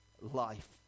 life